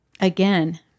again